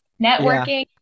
networking